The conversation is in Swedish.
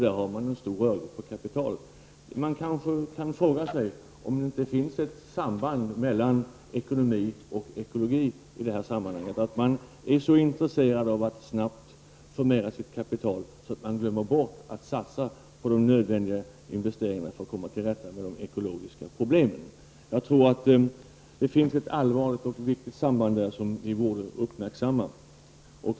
Där har man en stor rörlighet av kapital. Man kan fråga sig om det inte finns ett samband mellan ekonomi och ekologi. Man kan vara så intresserad av att snabbt förmera sitt kapital, att man glömmer bort att satsa på de nödvändiga investeringarna för att komma till rätta med de ekologiska problemen. Jag tror att det finns ett allvarligt och viktigt samband där, som vi borde uppmärksamma.